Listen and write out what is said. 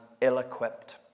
ill-equipped